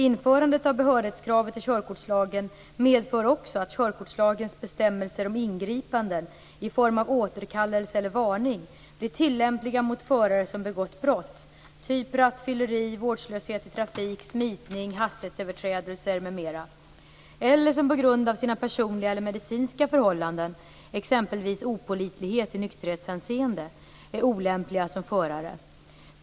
Införandet av behörighetskravet i körkortslagen medför också att körkortslagens bestämmelser om ingripanden i form av återkallelse eller varning blir tillämpliga mot förare som begått brott av typen rattfylleri, vårdslöshet i trafik, smitning, hastighetsöverträdelser m.m. eller som på grund av sina personliga eller medicinska förhållanden - exempelvis opålitlighet i nykterhetshänseende - är olämpliga som förare.